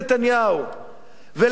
ולהביא, גברתי היושבת-ראש,